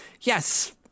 yes